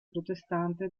protestante